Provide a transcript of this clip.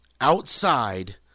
outside